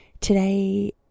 Today